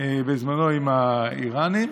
בזמנו עם האיראנים,